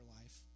life